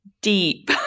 deep